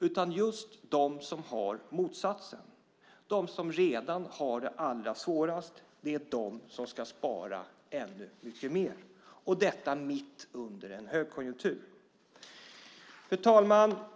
utan just de som har motsatsen. Det är de som redan har det allra svårast som ska spara ännu mycket mer, och detta mitt under en högkonjunktur. Fru talman!